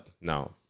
Now